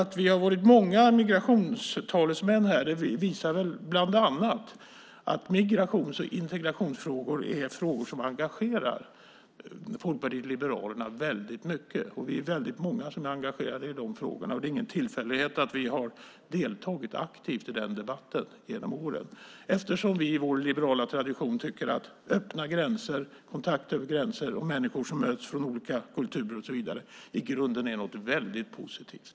Att vi har varit många migrationstalesmän visar bland annat att migrations och integrationsfrågor är frågor som engagerar Folkpartiet liberalerna väldigt mycket. Vi är väldigt många som är engagerade i de frågorna. Det är ingen tillfällighet att vi har deltagit aktivt i den debatten genom åren eftersom vi i vår liberala tradition tycker att öppna gränser, kontakt över gränser och människor från olika kulturer som möts i grunden är något väldigt positivt.